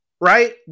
right